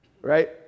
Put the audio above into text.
Right